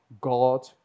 God